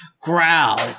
growl